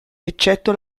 eccetto